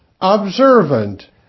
observant